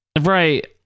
Right